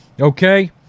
Okay